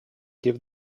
gave